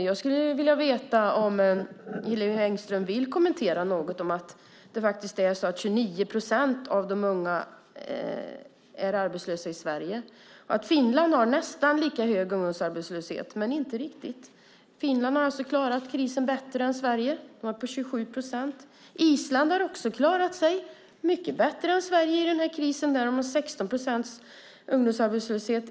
Jag skulle vilja veta om Hillevi Engström vill kommentera att 29 procent av de unga i Sverige är arbetslösa och att Finland har nästan lika hög ungdomsarbetslöshet, men inte riktigt. Finland har alltså klarat krisen bättre än Sverige. Där är ungdomsarbetslösheten 27 procent. Island har också klarat sig mycket bättre än Sverige i den här krisen. Där har man 16 procents ungdomsarbetslöshet.